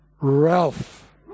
Ralph